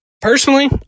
personally